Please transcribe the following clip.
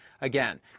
again